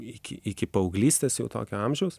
iki iki paauglystės jau tokio amžiaus